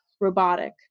robotic